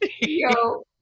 Yo